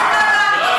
לחוקה, יש הסכמה.